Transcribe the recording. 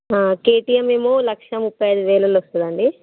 కెటిఎమ్ది ఏమో లక్ష ముప్పై ఐదు వేలల్లో వస్తుందండి